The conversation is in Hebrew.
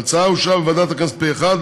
ההצעה אושרה בוועדת הכנסת פה אחד,